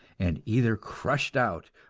and either crushed out,